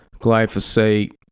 glyphosate